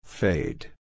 Fade